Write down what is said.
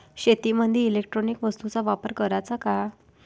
शेतीमंदी इलेक्ट्रॉनिक वस्तूचा वापर कराचा का?